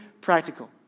practical